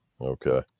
Okay